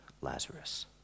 Lazarus